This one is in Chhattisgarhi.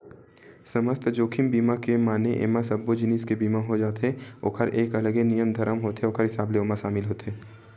समस्त जोखिम बीमा के माने एमा सब्बो जिनिस के बीमा हो जाथे ओखर एक अलगे नियम धरम होथे ओखर हिसाब ले ओमा सामिल होथे